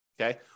Okay